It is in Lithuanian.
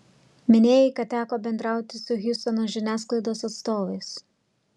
minėjai kad teko bendrauti su hjustono žiniasklaidos atstovais